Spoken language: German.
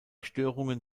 störungen